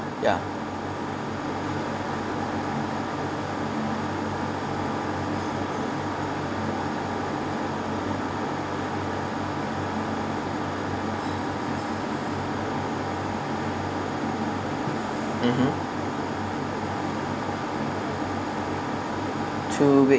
yeah mmhmm two weeks